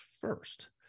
first